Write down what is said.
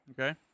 Okay